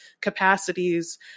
capacities